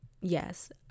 yes